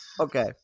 Okay